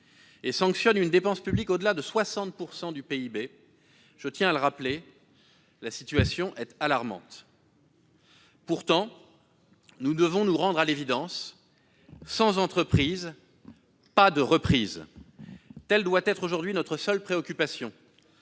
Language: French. et sanctionne une dépense publique au-delà de 60 % du PIB, je tiens à le rappeler : la situation est alarmante. Pourtant, nous devons nous rendre à l'évidence : sans entreprises, pas de reprise. Telle doit être aujourd'hui notre seule préoccupation